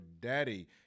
daddy